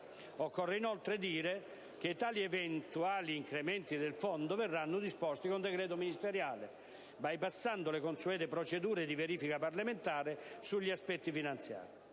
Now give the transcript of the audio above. Occorre inoltre dire che tali eventuali incrementi del fondo verranno disposti con decreto ministeriale, bypassando le consuete procedure di verifica parlamentare sugli aspetti finanziari.